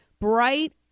bright